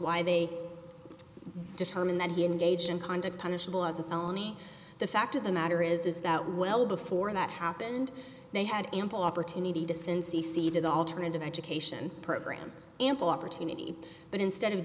why they determined that he engaged in conduct punishable as a phony the fact of the matter is is that well before that happened they had ample opportunity to cincy see to the alternative education program ample opportunity but instead of